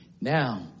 Now